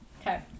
Okay